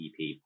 EP